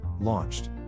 launched